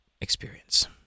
Experience